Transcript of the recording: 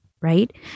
right